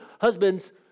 husbands